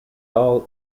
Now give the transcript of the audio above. all